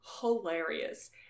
hilarious